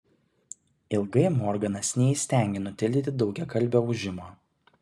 ilgai morganas neįstengė nutildyti daugiakalbio ūžimo